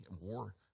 war